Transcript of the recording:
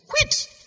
quit